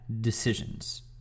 decisions